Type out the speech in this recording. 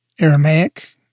Aramaic